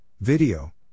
Video